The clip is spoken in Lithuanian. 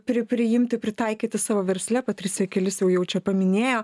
pri priimti pritaikyti savo versle patricija kelis jau jau čia paminėjo